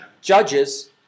Judges